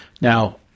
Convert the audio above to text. now